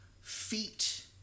feet